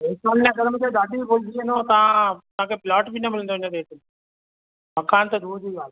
वैशाली नगर में त दादी भुलिजी वञो तव्हां तव्हां खे प्लाट बि न मिलंदो हिन रेट में मकान त दूरि जी ॻाल्हि